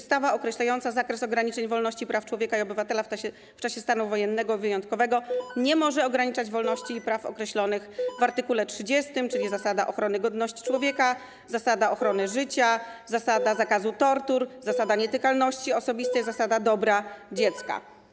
Ustawa określająca zakres ograniczeń wolności i praw człowieka i obywatela w czasie stanu wojennego i wyjątkowego nie może ograniczać wolności i praw określonych w art. 30, czyli zasad ochrony godności człowieka, zasady ochrony życia, zasady zakazu tortur, zasady nietykalności osobistej i zasady dobra dziecka.